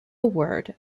word